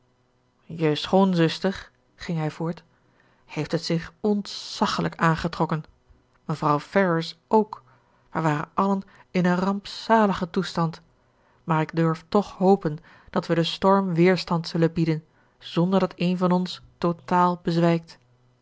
je schoonzuster ging hij voort heeft het zich ontzaglijk aangetrokken mevrouw ferrars ook we waren allen in een rampzaligen toestand maar ik durf toch hopen dat we den storm weerstand zullen bieden zonder dat een van ons totaal bezwijkt